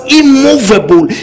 immovable